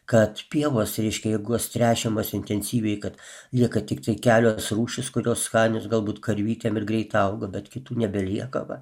kad pievos reiškia jeigu jos tręšiamos intensyviai kad lieka tiktai kelios rūšys kurios skanios galbūt karvytėm ir greitai auga bet kitų nebelieka va